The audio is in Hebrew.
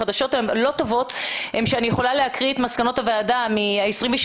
החדשות הלא טובות הן שאני יכולה להקריא את מסקנות הוועדה מה-27